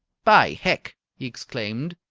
by hec! he exclaimed.